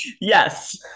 Yes